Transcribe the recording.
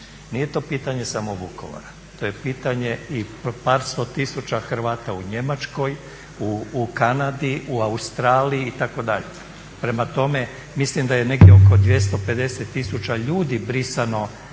nije to pitanje samo Vukovara, to je pitanje i par sto tisuća Hrvata u Njemačkoj, u Kanadi, u Australiji itd. Prema tome, mislim da je negdje oko 250 tisuća ljudi brisano iz